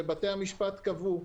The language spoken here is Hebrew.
ובתי המשפט קבעו.